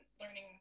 learning